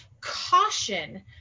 caution